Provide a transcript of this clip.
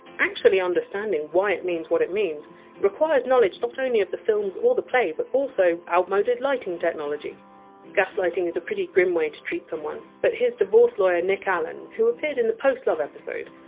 actually understanding why it means what it means requires knowledge not only of the films or the play but also outmoded lighting technology gaslighting is a pretty grim way to treat someone, but here's divorce lawyer nick allen, who appeared in the post-love episode,